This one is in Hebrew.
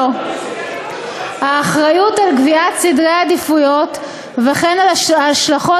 האחריות לקביעת סדרי עדיפויות וכן להשלכות